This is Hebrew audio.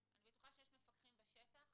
אני בטוחה שיש מפקחים בשטח